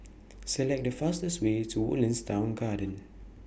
Select The fastest Way to Woodlands Town Garden